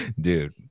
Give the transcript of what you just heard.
dude